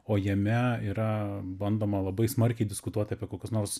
o jame yra bandoma labai smarkiai diskutuoti apie kokius nors